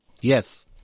Yes